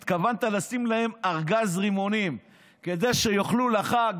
שהתכוונת לשים להם ארגז רימונים כדי שיאכלו לחג,